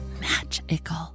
magical